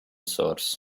source